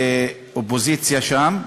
אני באופוזיציה שם,